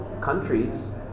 countries